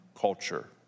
culture